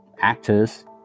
actors